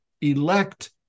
elect